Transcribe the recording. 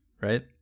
right